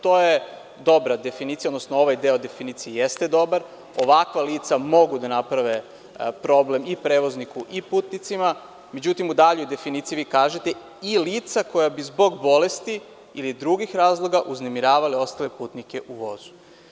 To je dobra definicija, odnosno ovaj deo definicije jeste dobar, ovakva lica mogu da naprave problem i prevozniku i putnicima, međutim, u daljoj definiciji vi kažete – i lica koja bi zbog bolesti ili drugih razloga uznemiravali ostale putnike u vozu.